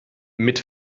mit